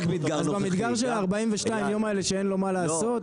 אז במדגר של 42 הימים האלה שאין לו מה לעשות,